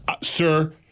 sir